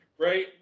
right